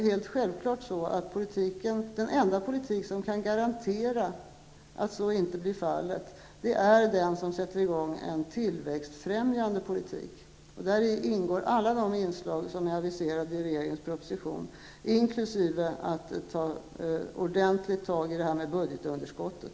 Helt självklart är den enda politik som kan garantera att så inte blir fallet en tillväxtfrämjande politik. Däri ingår alla de inslag som är aviserade i regeringens proposition, inkl. att ta ordentligt tag i budgetunderskottet.